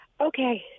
Okay